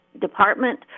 Department